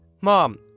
Mom